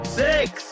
six